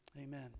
Amen